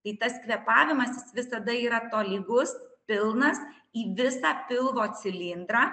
tai tas kvėpavimas jis visada yra tolygus pilnas į visą pilvo cilindrą